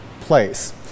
place